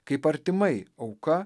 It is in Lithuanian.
kaip artimai auka